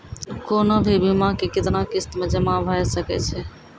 कोनो भी बीमा के कितना किस्त मे जमा भाय सके छै?